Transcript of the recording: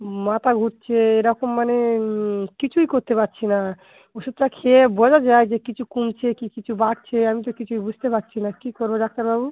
মাথা ঘুরছে এরকম মানে কিছুই করতে পারছি না ওষুধটা খেয়ে বোঝা যায় যে কিছু কমছে কী কিছু বাড়ছে আমি তো কিছুই বুঝতে পারছি না কী করবো ডাক্তারবাবু